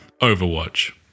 Overwatch